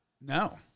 No